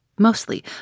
mostly